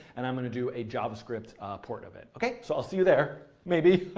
and i'm going to do a javascript port of it. okay, so i'll see you there. maybe,